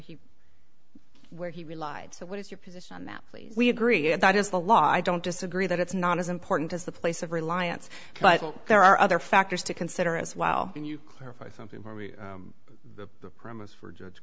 he where he relied so what is your position on that please we agree and that is the law i don't disagree that it's not as important as the place of reliance but there are other factors to consider as well can you clarify something for me the premise for judge